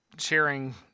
sharing